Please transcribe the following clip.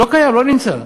לא נמצא.